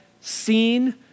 seen